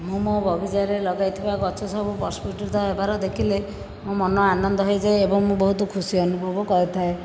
ମୁଁ ମୋ ବଗିଚାରେ ଲଗାଇଥିବା ଗଛ ସବୁ ପ୍ରସ୍ପୁଟିତ ହେବାର ଦେଖିଲେ ମୋ ମନ ଆନନ୍ଦ ହୋଇଯାଏ ଏବଂ ମୁଁ ବହୁତ ଖୁସି ଅନୁଭବ କରିଥାଏ